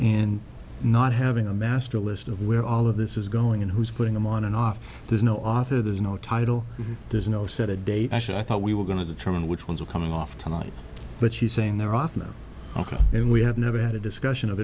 and not having a master list of where all of this is going and who's putting them on and off there's no author there's no title there's no set a date i thought we were going to determine which ones are coming off tonight but she's saying they're off now ok and we have never had a discussion of